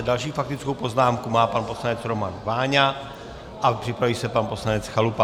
Další faktickou poznámku má pan poslanec Roman Váňa a připraví se pan poslanec Chalupa.